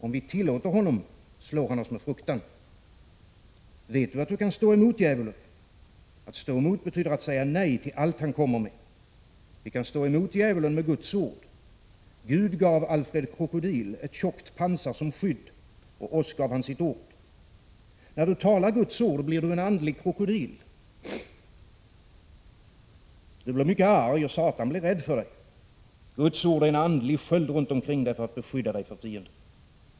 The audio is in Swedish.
Om vi tillåter honom slår han oss med fruktan. Vet du att du kan stå emot djävulen? Att stå emot betyder att säga ”nej” till allt han kommer med. Vi kan stå emot djävulen med Guds Ord. Gud gav Alfred Krokodil ett tjockt pansar som skydd — oss gav Han sitt Ord! När du talar Guds Ord, blir du en andlig krokodil. Du blir mycket arg och satan blir rädd för dig. Guds Ord är en andlig sköld runt omkring dig för att beskydda dig för fienden.